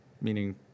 Meaning